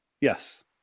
Yes